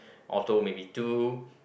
auto maybe two